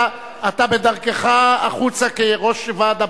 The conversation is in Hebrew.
אתה בדרכך החוצה כראש ועד הבית.